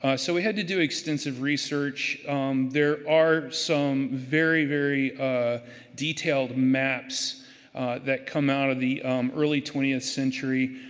ah so we had to do extensive research there are some very very detailed maps that come out of the early twentieth century.